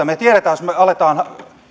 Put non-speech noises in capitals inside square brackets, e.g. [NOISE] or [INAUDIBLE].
[UNINTELLIGIBLE] me tiedämme että jos me alamme